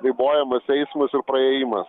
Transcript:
ribojamas eismas ir praėjimas